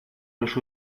los